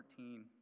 14